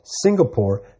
Singapore